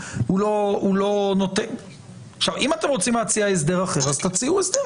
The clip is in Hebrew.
הכול בסדר.